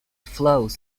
flows